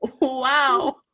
wow